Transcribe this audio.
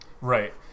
Right